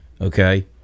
Okay